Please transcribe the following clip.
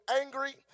angry